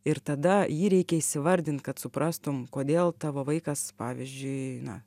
ir tada jį reikia įsivardint kad suprastum kodėl tavo vaikas pavyzdžiui na